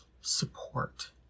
support